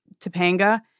Topanga